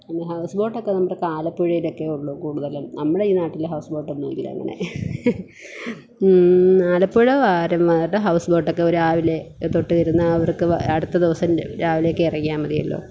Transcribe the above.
പിന്നെ ഹൗസ്ബോട്ടൊക്കെ നമ്മുടെ ആലപ്പുഴയിലൊക്കെയേ ഉള്ളൂ കൂടുതലും നമ്മുടെ ഈ നാട്ടിൽ ഹൗസ്ബോട്ടൊന്നുമില്ല അങ്ങനെ ആലപ്പുഴകാരന്മാരുടെ ഹൗസ്ബോട്ടൊക്കെ രാവിലെ തൊട്ട് വരുന്ന അവർക്ക് അടുത്ത ദിവസം രാവിലെയൊക്കെ ഇറങ്ങിയാൽ മതിയല്ലോ